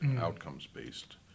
outcomes-based